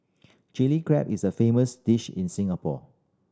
Chilli Crab is a famous dish in Singapore